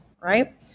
right